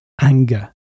anger